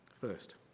first